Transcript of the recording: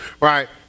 right